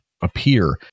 appear